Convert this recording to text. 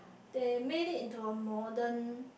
they made it into a modern